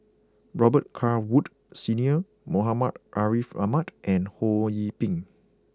Robet Carr Wood Senior Muhammad Ariff Ahmad and Ho Yee Ping